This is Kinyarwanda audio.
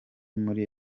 muri